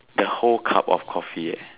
the whole cup of coffee